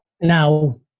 now